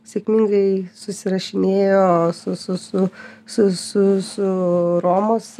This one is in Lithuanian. sėkmingai susirašinėjo su su su su su su romos